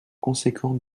conséquent